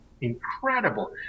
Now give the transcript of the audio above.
incredible